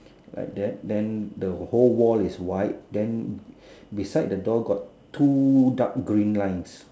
like that then the whole wall is white then beside the door got two dark green lines